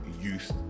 youth